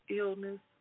illness